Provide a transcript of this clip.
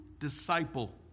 disciple